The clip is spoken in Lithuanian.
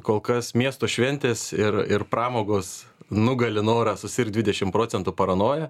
kol kas miesto šventės ir ir pramogos nugali norą susirgt dvidešim procentų paranoja